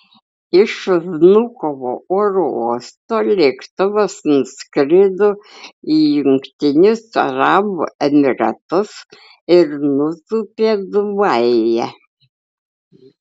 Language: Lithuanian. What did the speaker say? iš vnukovo oro uosto lėktuvas nuskrido į jungtinius arabų emyratus ir nutūpė dubajuje